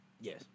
Yes